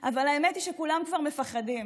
אבל האמת היא שכולם כבר מפחדים.